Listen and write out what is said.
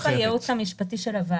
בשיתוף הייעוץ המשפטי של הוועדה,